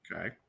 Okay